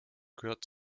gehört